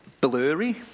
blurry